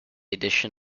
addition